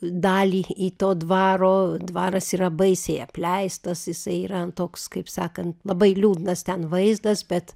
dalį į to dvaro dvaras yra baisiai apleistas jisai yra toks kaip sakant labai liūdnas ten vaizdas bet